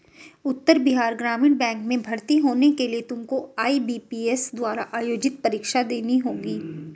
उत्तर Bihar Gramin bank में भर्ती होने के लिए तुमको आई.बी.पी.एस द्वारा आयोजित परीक्षा देनी होगी